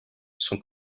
son